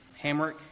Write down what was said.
Hamrick